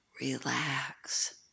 relax